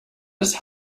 des